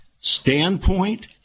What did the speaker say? standpoint